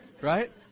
Right